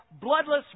Bloodless